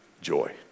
joy